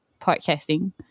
podcasting